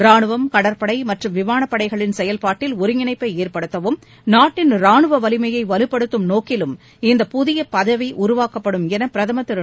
ராணுவம் கடற்படை மற்றும் விமானப்படைகளின் செயல்பாட்டில் ஒருங்கிணைப்பை ஏற்படுத்தவும் நாட்டின் ராணுவ வலிமையை வலுப்படுத்தும் நோக்கிலும் இந்தப் புதிய பதவி உருவாக்கப்படும் என பிரதமர் திரு